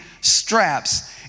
straps